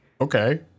okay